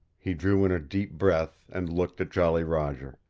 he drew in a deep breath, and looked at jolly roger.